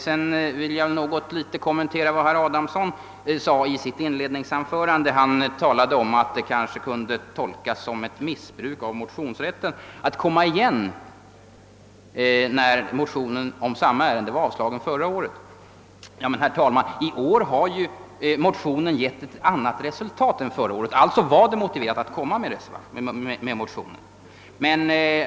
Jag vill också något litet kommentera vad herr Adamsson sade i sitt in ledningsanförande. Han talade om att det kanske kunde tolkas som ett missbruk av motionsrätten att komma igen när motioner i samma ärende hade avslagits förra året. Men, herr talman, i år har motionerna gett ett annat resultat än i fjol. Alltså var det motiverat att lägga fram dem.